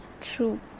true